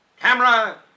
camera